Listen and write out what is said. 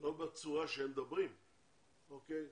לא בצורה שהם מדברים, אוקיי?